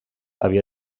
havia